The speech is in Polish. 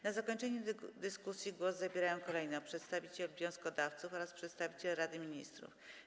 Na zakończenie dyskusji głos zabierają kolejno przedstawiciel wnioskodawców oraz przedstawiciel Rady Ministrów.